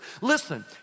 listen